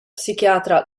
psichiatra